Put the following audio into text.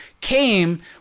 came